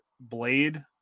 Blade